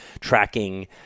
tracking